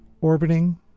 orbiting